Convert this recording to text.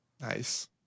Nice